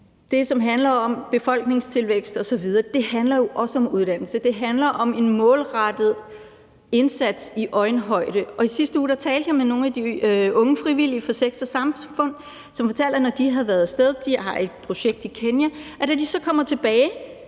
det, som handler om befolkningstilvækst osv. Det handler jo også om uddannelse, det handler om en målrettet indsats i øjenhøjde. I sidste uge talte jeg med nogle af de unge frivillige fra Sex & Samfund, som fortalte, at de, når de har været af sted – de har et projekt i Kenya – og så kommer tilbage